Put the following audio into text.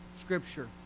scripture